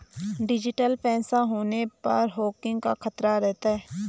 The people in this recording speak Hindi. डिजिटल पैसा होने पर हैकिंग का खतरा रहता है